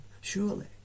surely